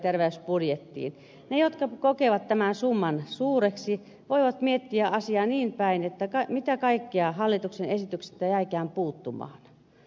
ne jotka kokevat tämän summan suureksi voivat miettiä asiaa niinpäin mitä kaikkea hallituksen esityksestä jäikään puuttumaan